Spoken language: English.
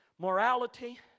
morality